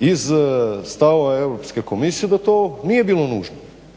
iz stavova Europske komisije da to nije bilo nužno.